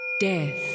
Death